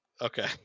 Okay